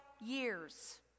years